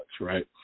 right